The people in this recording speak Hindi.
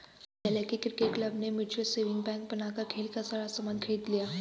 विद्यालय के क्रिकेट क्लब ने म्यूचल सेविंग बैंक बनाकर खेल का सारा सामान खरीद लिया